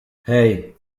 hey